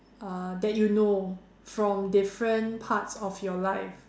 uh that you know from different parts of your life